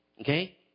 Okay